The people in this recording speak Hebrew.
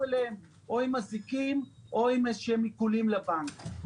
אליהם או עם אזיקים או עם עיקולים לבנק.